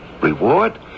Reward